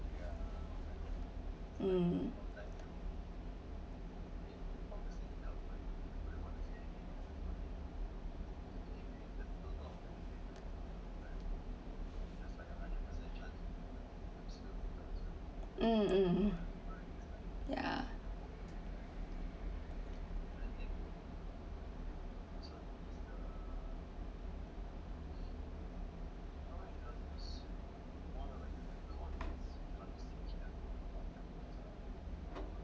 um mm yeah